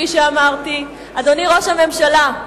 אדוני ראש הממשלה,